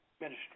ministry